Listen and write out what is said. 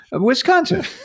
Wisconsin